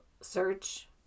search